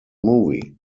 movie